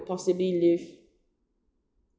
possibly live